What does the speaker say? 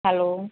hello